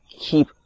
keep